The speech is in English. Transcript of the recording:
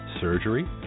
surgery